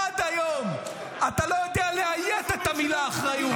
עד היום אתה לא יודע לאיית את המילה אחריות.